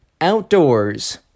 outdoors